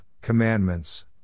commandments